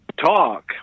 talk